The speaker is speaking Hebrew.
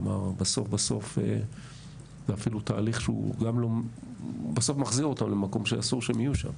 בסוף זה אפילו מחזיר אותן למקום שאסור שהן יהיו שם.